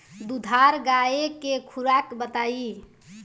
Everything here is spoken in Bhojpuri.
दुधारू गाय के खुराक बताई?